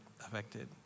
affected